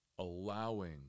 Allowing